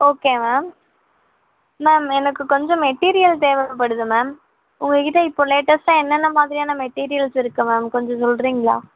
okay ma'am ma'am எனக்கு கொஞ்சம் material தேவைப்படுது மேம் உங்கள் கிட்டே இப்போது லேட்டஸ்ட்டாக என்னென்ன மாதிரியான மெட்டீரியல்ஸ் இருக்குது மேம் கொஞ்சம் சொல்கிறீங்களா